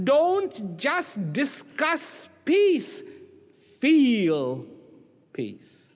don't just discuss peace feel pea